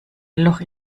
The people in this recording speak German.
loch